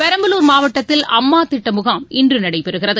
பெரம்பலூர் மாவட்டத்தில் அம்மா திட்ட முகாம் இன்று நடைபெறுகிறது